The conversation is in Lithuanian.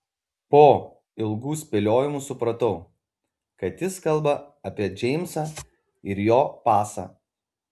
po ilgų spėliojimų supratau kad jis kalba apie džeimsą ir jo pasą